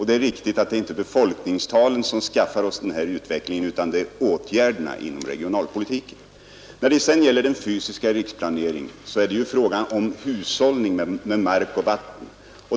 Det är riktigt att det inte är befolkningstalen som skaffar oss denna utveckling utan åtgärderna inom regionalpolitiken. När det sedan gäller den fysiska riksplaneringen är det ju fråga om hushållning med mark och vatten.